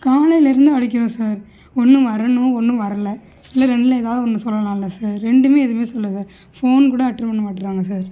காலைலேருந்து அடிக்கிறோம் சார் ஒன்று வரணும் ஒன்று வரல இல்லை ரெண்டில் எதாவது ஒன்று சொல்லலான்யில்லை சார் ரெண்டுமே எதுவுமே சொல்லை சார் ஃபோன் கூட அட்டென் பண்ண மாட்டேறாங்க சார்